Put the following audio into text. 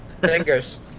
Fingers